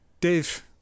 Dave